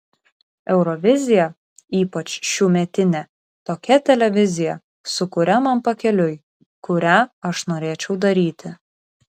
eurovizija ypač šiųmetinė tokia televizija su kuria man pakeliui kurią aš norėčiau daryti